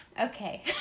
Okay